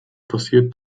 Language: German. passiert